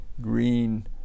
green